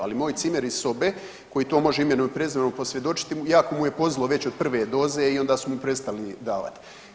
Ali moj cimer iz sobe koji to može imenom i prezimenom posvjedočiti jako mu je pozlilo već od prve doze i onda su mu prestali davati.